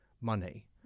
money